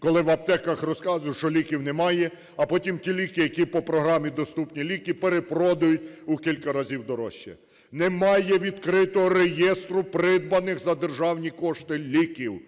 Коли в аптеках розказують, що ліків немає, а потім ті ліки, які по програмі "Доступні ліки", перепродують у кілька разів дорожче. Немає відкритого реєстру придбаних за державні кошти ліків,